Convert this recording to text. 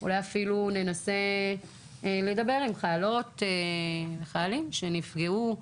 אולי אפילו ננסה לדבר עם חיילות וחיילים שנפגעו.